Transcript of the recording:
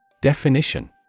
Definition